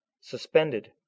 suspended